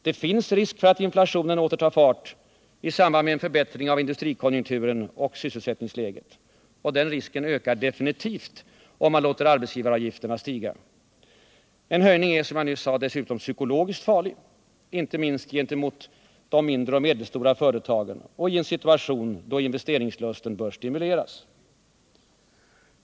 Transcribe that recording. Det finns risk för att inflationen åter tar fart i samband med en förbättring av industrikonjunkturen och sysselsättningsläget. Den risken ökar definitivt om man låter arbetsgivaravgifterna stiga. En höjning är dessutom, som jag nyss sade, psykologiskt farlig, inte minst gentemot de mindre och medelstora företagen och i en situation då investeringslusten bör stimuleras.